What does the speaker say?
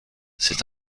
c’est